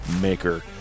maker